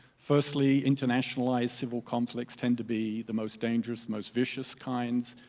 firstly, internationalized civil conflicts tend to be the most dangerous, the most vicious kinds.